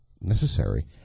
necessary